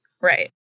Right